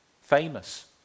famous